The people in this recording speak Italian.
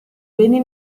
beni